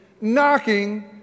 knocking